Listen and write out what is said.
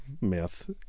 myth